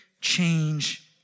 change